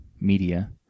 Media